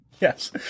Yes